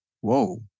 Whoa